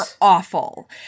awful